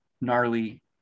gnarly